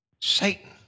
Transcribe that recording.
Satan